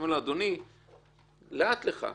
אני אומר לו: אדוני, לאט לך.